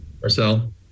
Marcel